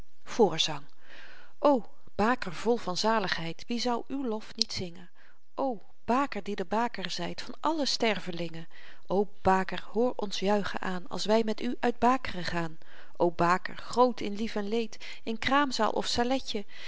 voorzang o baker vol van zaligheid wie zou uw lof niet zingen o baker die de baker zijt van alle stervelingen o baker hoor ons juichen aan als wij met u uit baak'ren gaan o baker groot in lief en leed in kraamzaal of saletje